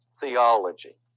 theology